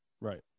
Right